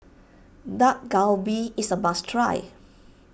Dak Galbi is a must try